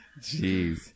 Jeez